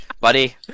Buddy